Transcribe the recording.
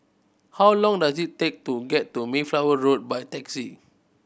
how long does it take to get to Mayflower Road by taxi